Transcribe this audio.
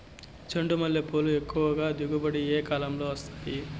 చెండుమల్లి పూలు ఎక్కువగా దిగుబడి ఏ కాలంలో వస్తాయి